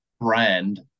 brand